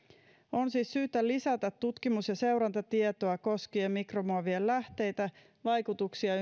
on siis syytä lisätä tutkimus ja seurantatietoa koskien mikromuovien lähteitä ja vaikutuksia